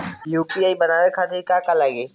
UPI बनावे खातिर का का लगाई?